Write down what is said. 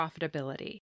profitability